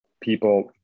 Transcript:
people